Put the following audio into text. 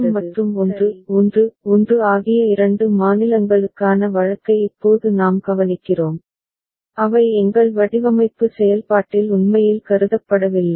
1 1 0 மற்றும் 1 1 1 ஆகிய இரண்டு மாநிலங்களுக்கான வழக்கை இப்போது நாம் கவனிக்கிறோம் அவை எங்கள் வடிவமைப்பு செயல்பாட்டில் உண்மையில் கருதப்படவில்லை